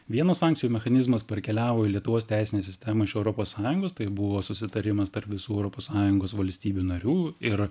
vienas sankcijų mechanizmas parkeliavo į lietuvos teisinę sistemą iš europos sąjungos tai buvo susitarimas tarp visų europos sąjungos valstybių narių ir